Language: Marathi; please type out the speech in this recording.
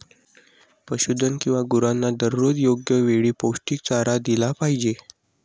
पशुधन किंवा गुरांना दररोज योग्य वेळी पौष्टिक चारा दिला पाहिजे